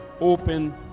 open